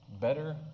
Better